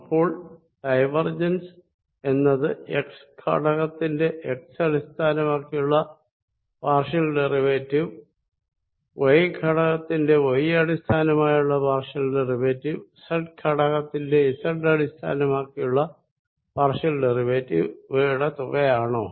അപ്പോൾ ഡൈവർജൻസ് എന്നത് എക്സ് ഘടകത്തിന്റെ എക്സ് അടിസ്ഥാനമാക്കിയുള്ള പാർഷ്യൽ ഡെറിവേറ്റീവ് വൈ ഘടകത്തിന്റെ വൈ അടിസ്ഥാനമാക്കിയുള്ള പാർഷ്യൽ ഡെറിവേറ്റീവ് സെഡ് ഘടകത്തിന്റെ സെഡ് അടിസ്ഥാനമാക്കിയുള്ള പാർഷ്യൽ ഡെറിവേറ്റീവ് ഇവയുടെ തുകയാണോ